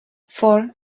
for